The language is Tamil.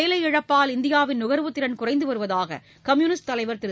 தொடர் வேலையிழப்பால் இந்தியாவின் நுகர்வுத்திறன் குறைந்து வருவதாக கம்பூனிஸ்ட் தலைவர் திரு